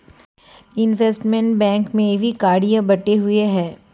investment bank में भी कार्य बंटे हुए हैं